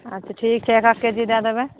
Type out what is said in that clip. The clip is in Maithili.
अच्छे ठीक छै एकहक के जी दै देबै